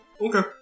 Okay